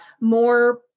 more